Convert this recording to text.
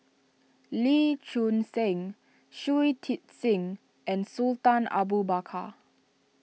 Lee Choon Seng Shui Tit Sing and Sultan Abu Bakar